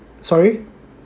sorry